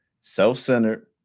self-centered